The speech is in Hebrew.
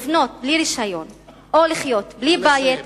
לבנות בלי רשיון או לחיות בלי בית.